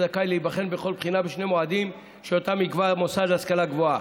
יהיה זכאי להיבחן בכל בחינה בשני מועדים שאותם יקבע מוסד להשכלה גבוהה.